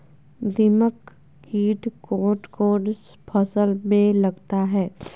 दीमक किट कौन कौन फसल में लगता है?